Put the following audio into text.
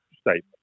statement